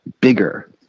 bigger